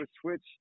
switch